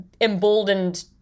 emboldened